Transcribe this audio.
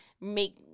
make